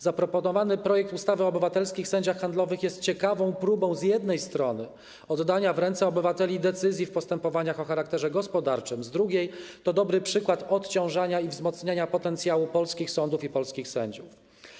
Zaproponowany projekt ustawy o obywatelskich sędziach handlowych z jednej strony jest ciekawą próbą oddania w ręce obywateli decyzji w postępowaniach o charakterze gospodarczym, z drugiej - to dobry przykład odciążania i wzmacniania potencjału polskich sądów i polskich sędziów.